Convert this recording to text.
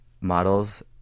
models